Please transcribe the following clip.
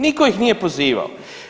Nitko ih nije pozivao.